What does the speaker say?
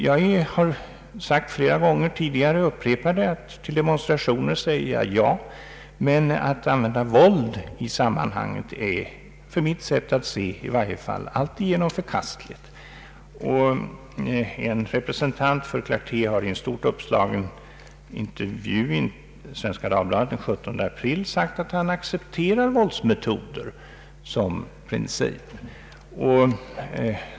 Jag har sagt flera gånger tidigare, och jag upprepar det nu, att till demonstrationer säger jag ja; men att använda våld i sammanhanget är enligt mitt sätt att se alltigenom förkastligt. En representant för Clarté har i en stort uppslagen intervju i Svenska Dagbladet den 17 april sagt att han accepterar våldsmetoder som princip.